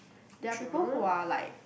there are people who are like